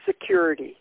security